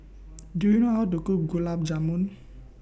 Do YOU know How to Cook Gulab Jamun